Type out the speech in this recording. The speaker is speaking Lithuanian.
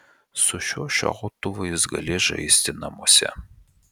su šiuo šautuvu jis galės žaisti namuose